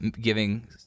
giving